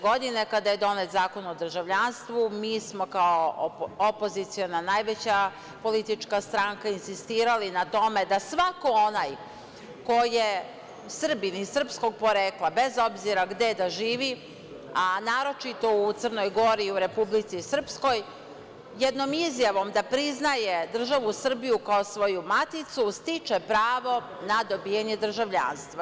Godine 2006. kada je donet Zakon o državljanstvu, mi smo kao opoziciona najveća politička stranka insistirali na tome da svako onaj ko je Srbin i srpskog porekla, bez obzira gde da živi, a naročito u Crnoj Gori i u Republici Srpskoj, jednom izjavom da priznaje državu Srbiju kao svoju maticu stiče pravo na dobijanje državljanstva.